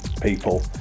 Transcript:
people